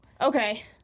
Okay